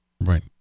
Right